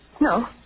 No